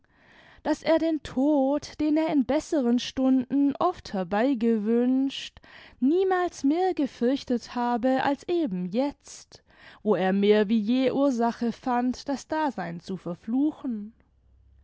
daß er den tod den er in besseren stunden oft herbeigewünscht niemals mehr gefürchtet habe als eben jetzt wo er mehr wie je ursache fand das dasein zu verfluchen